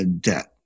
debt